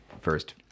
first